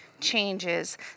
changes